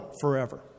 forever